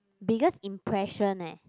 biggest impression leh